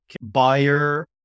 buyer